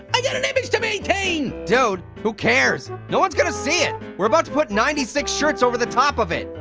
i got an image to maintain! dude, who cares? no one's gonna see it. we're about to put ninety six shirts over the top of it.